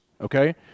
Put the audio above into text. okay